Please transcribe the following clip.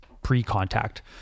pre-contact